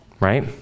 Right